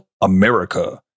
America